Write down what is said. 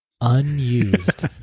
unused